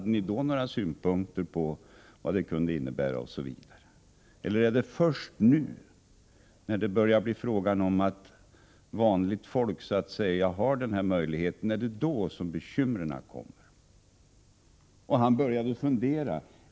Eller är det först nu, när det börjar bli fråga om att vanligt folk får denna möjlighet, som bekymren kommer? Han började fundera.